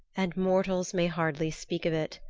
and mortals may hardly speak of it.